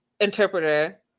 interpreter